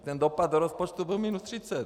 Ten dopad do rozpočtu byl minus 30.